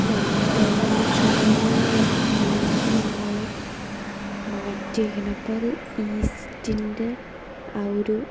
എന്നിട്ടത് നമ്മൾ കുറേ നേരത്തേക്ക് നമ്മളത് മാറ്റി വെക്കണം അപ്പം അത് ഈസ്റ്റിൻ്റെ ആ ഒരു